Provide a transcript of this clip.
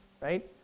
right